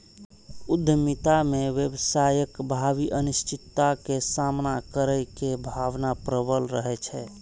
उद्यमिता मे व्यवसायक भावी अनिश्चितता के सामना करै के भावना प्रबल रहै छै